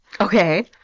Okay